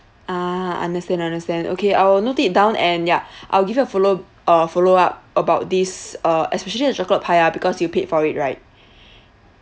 ah understand understand okay I'll note it down and ya I'll give you a follow uh follow up about this uh especially the chocolate pie ah because you paid for it right